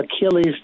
Achilles